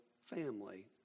family